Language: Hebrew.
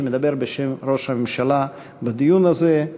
שמדבר בשם ראש הממשלה בדיון הזה.